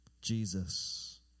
Jesus